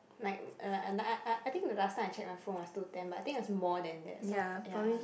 like er uh uh I think the last time I check my phone was two ten but I think is more than that so ya